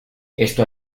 esto